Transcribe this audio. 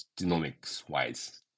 genomics-wise